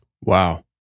Wow